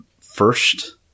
first